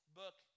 book